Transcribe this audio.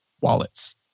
wallets